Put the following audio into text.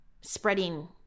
spreading